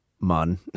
man